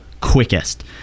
quickest